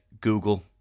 Google